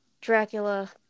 Dracula